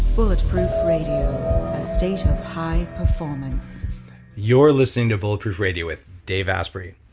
bulletproof radio. a state of high performance you're listening to bulletproof radio with dave asprey.